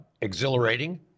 exhilarating